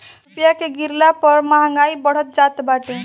रूपया के गिरला पअ महंगाई बढ़त जात बाटे